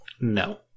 No